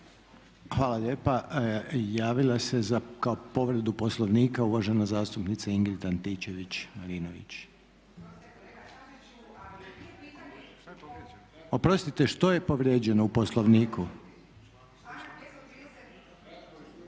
Hvala lijepa. Javila se za kao povredu Poslovnika uvažena zastupnica Ingrid Antičević Marinović. Oprostite što je povrijeđeno u Poslovniku? **Antičević